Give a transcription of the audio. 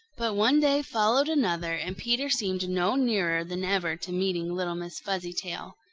but one day followed another, and peter seemed no nearer than ever to meeting little miss fuzzytail.